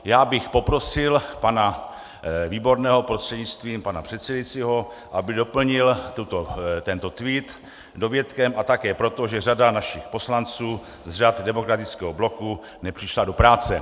Já bych poprosil pana Výborného prostřednictvím pana předsedajícího, aby doplnil tento kvit dovětkem: A také proto, že řada našich poslanců z řad Demokratického bloku nepřišla do práce.